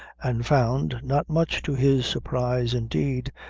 and found, not much to his surprise indeed,